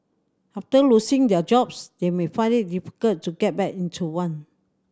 after losing their jobs they may find it difficult to get back into one